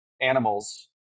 animals